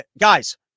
guys